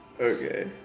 Okay